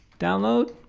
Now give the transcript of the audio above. download